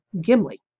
Gimli